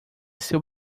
seu